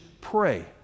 pray